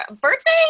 birthday